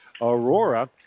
Aurora